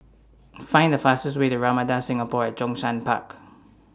Find The fastest Way to Ramada Singapore At Zhongshan Park